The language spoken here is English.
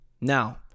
Now